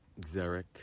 Xeric